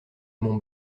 mon